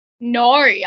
No